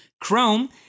Chrome